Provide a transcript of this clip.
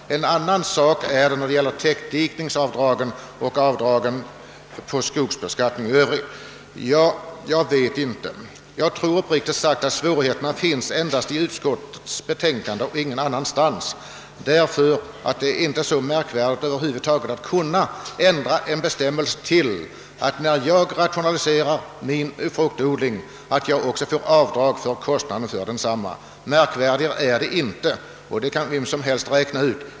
Det förhåller sig helt annorlunda med täckdikningsavdragen och avdragen för skogsvägarna, påpekar utskottet. Jag tror emellertid att dessa svårigheter bara finns i utskottets betänkande, Det bör inte vara så märkvärdigt att ändra en bestämmelse så, att en fruktodlare som rationaliserar sin odling får göra avdrag för kostnaderna. Märkvärdigare är det inte — och de kostnaderna kan vem som helst räkna ut.